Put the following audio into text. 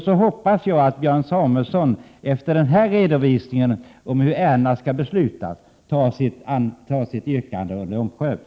Så hoppas jag att Björn Samuelson efter den här redovisningen av hur ärendena skall beslutas tar sitt yrkande under omprövning.